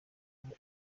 amwe